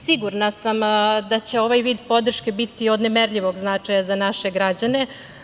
Sigurna sam da će ovaj vid podrške biti od nemerljivog značaja za naše građane.